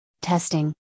testing